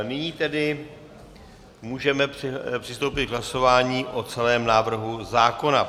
Nyní tedy můžeme přistoupit k hlasování o celém návrhu zákona.